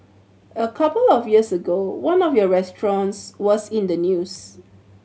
a couple of years ago one of your restaurants was in the news